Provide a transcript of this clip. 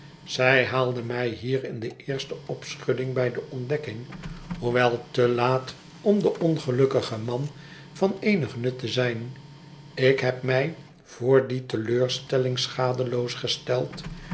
zij haalde mij hier in de eerste opschudding bij de ontdekking hoewel te laat om den ongelukkigen man van eenig nut te zijn ik heb mij voor die teleurstelling schadeloos gesteld